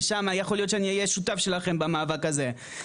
ששם יכול להיות שאני אהיה שותף שלכם במאבק הזה.